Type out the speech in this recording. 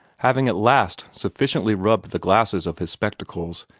having at last sufficiently rubbed the glasses of his spectacles,